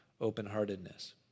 open-heartedness